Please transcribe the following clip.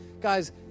guys